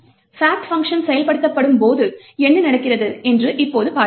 fact function செயல்படுத்தப்படும்போது என்ன நடக்கிறது என்று இப்போது பார்ப்போம்